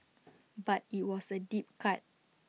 but IT was A deep cut